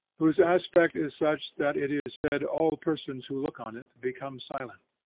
whose aspect is such that it is said all persons who look on it become silent.